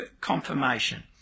confirmation